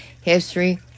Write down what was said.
History